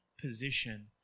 position